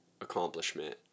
accomplishment